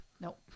Nope